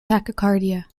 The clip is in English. tachycardia